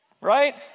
Right